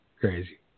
Crazy